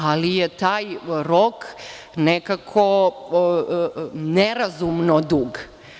Ali, taj rok je nekako nerazumno dug.